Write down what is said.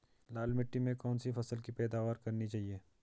लाल मिट्टी में कौन सी फसल की पैदावार करनी चाहिए?